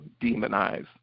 demonize